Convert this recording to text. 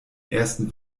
ersten